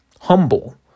humble